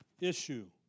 issue